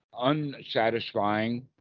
unsatisfying